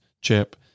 Chip